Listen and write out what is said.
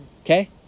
Okay